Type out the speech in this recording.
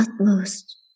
utmost